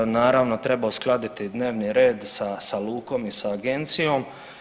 Naravno treba uskladiti dnevni red sa lukom i sa agencijom.